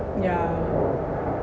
yeah